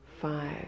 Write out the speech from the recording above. five